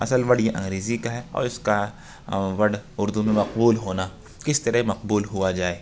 اصل ورڈ یہ انگریزی کا ہے اور اس کا ورڈ اردو میں مقبول ہونا کس طرح مقبول ہوا جائے